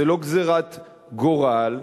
זה לא גזירת גורל,